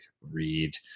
read